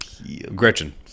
Gretchen